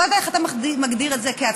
לא יודעת איך אתה מגדיר את זה כהצלחה,